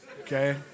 okay